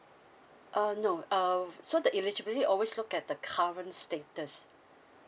uh no uh so the eligibility always look at the current status